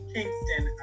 Kingston